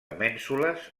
mènsules